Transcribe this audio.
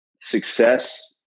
Success